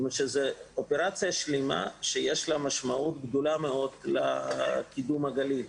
זו אופרציה שלמה שיש לה משמעות גדולה מאוד לקידום הגליל.